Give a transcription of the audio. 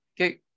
Okay